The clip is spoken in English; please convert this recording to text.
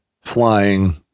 flying